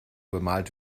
bemalt